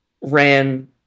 ran